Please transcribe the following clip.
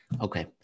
Okay